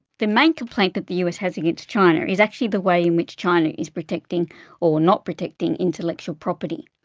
the main complaint that the us has against china is actually the way in which china is protecting or not protecting intellectual property.